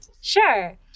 Sure